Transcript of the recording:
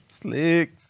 Slick